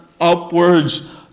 upwards